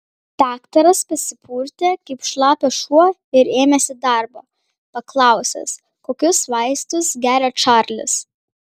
daktaras pasipurtė kaip šlapias šuo ir ėmėsi darbo paklausęs kokius vaistus geria čarlis